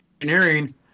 engineering